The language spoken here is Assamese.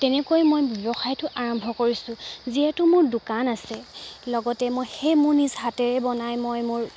তেনেকৈ মই ব্যৱসায়টো আৰম্ভ কৰিছোঁ যিহেতু মোৰ দোকান আছে লগতে মই সেই মোৰ নিজ হাতেৰে বনাই মই মোৰ